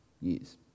years